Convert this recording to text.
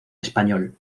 español